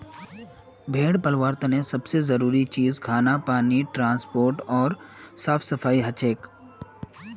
भेड़ पलवार तने सब से जरूरी चीज खाना पानी ट्रांसपोर्ट ओर साफ सफाई हछेक